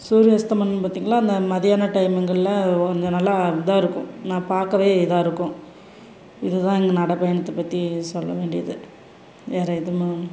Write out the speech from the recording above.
சூரிய அஸ்தமனம் பாத்திங்கனா அந்த மதியான டைமுங்களில் கொஞ்சம் நல்லா இதாக இருக்கும் நான் பார்க்கவே இதாக இருக்கும் இது தான் எங்கள் நடைப்பயணத்த பற்றி சொல்ல வேண்டியது வேற எதுவும்